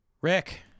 Rick